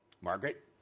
Margaret